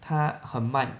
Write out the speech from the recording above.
它很慢